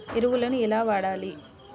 ఎరువులను ఎలా వాడాలి?